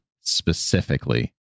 specifically